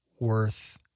worth